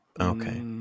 Okay